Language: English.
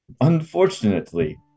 Unfortunately